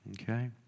Okay